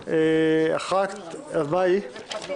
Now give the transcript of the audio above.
סליחה, שתיהן